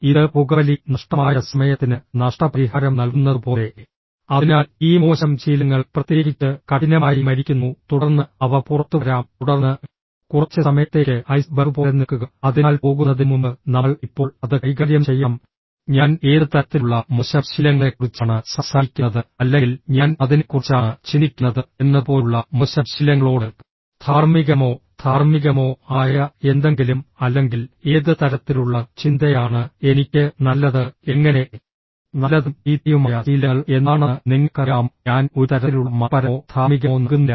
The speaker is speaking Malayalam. ഇത് പുകവലി നഷ്ടമായ സമയത്തിന് നഷ്ടപരിഹാരം നൽകുന്നതുപോലെ അതിനാൽ ഈ മോശം ശീലങ്ങൾ പ്രത്യേകിച്ച് കഠിനമായി മരിക്കുന്നു തുടർന്ന് അവ പുറത്തുവരാം തുടർന്ന് കുറച്ച് സമയത്തേക്ക് ഐസ് ബർഗ് പോലെ നിൽക്കുക അതിനാൽ പോകുന്നതിനുമുമ്പ് നമ്മൾ ഇപ്പോൾ അത് കൈകാര്യം ചെയ്യണം ഞാൻ ഏത് തരത്തിലുള്ള മോശം ശീലങ്ങളെക്കുറിച്ചാണ് സംസാരിക്കുന്നത് അല്ലെങ്കിൽ ഞാൻ അതിനെക്കുറിച്ചാണ് ചിന്തിക്കുന്നത് എന്നതുപോലുള്ള മോശം ശീലങ്ങളോട് ധാർമ്മികമോ ധാർമ്മികമോ ആയ എന്തെങ്കിലും അല്ലെങ്കിൽ ഏത് തരത്തിലുള്ള ചിന്തയാണ് എനിക്ക് നല്ലത് എങ്ങനെ നല്ലതും ചീത്തയുമായ ശീലങ്ങൾ എന്താണെന്ന് നിങ്ങൾക്കറിയാമോ ഞാൻ ഒരു തരത്തിലുള്ള മതപരമോ ധാർമ്മികമോ നൽകുന്നില്ല